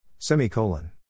Semicolon